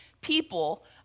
people